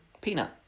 peanut